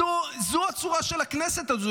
זו הצורה של הכנסת הזו.